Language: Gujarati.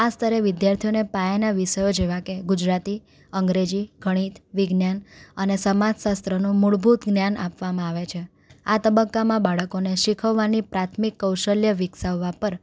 આ સ્તરે વિદ્યાર્થીઓને પાયાના વિષયો જેવા કે ગુજરાતી અંગ્રેજી ગણિત વિજ્ઞાન અને સમાજ શાસ્ત્રનું મૂળભૂત જ્ઞાન આપવામાં આવે છે આ તબક્કામાં બાળકોને શિખવવાની પ્રાથમિક કૌશલ્ય વિકસાવવા પર